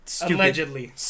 allegedly